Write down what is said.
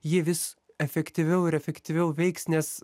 ji vis efektyviau ir efektyviau veiks nes